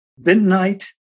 bentonite